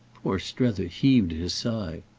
poor strether heaved his sigh.